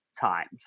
times